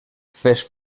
fes